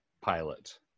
pilot